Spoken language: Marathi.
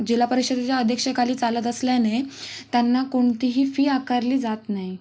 जिल्हा परिषदेच्या अध्यक्षतेखाली चालत असल्याने त्यांना कोणतीही फी आकारली जात नाही